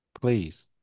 please